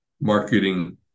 marketing